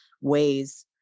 ways